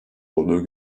olduğu